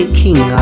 king